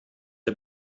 der